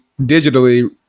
digitally